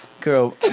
Girl